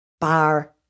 bar